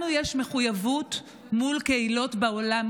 לנו יש מחויבות מול קהילות בעולם,